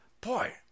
boy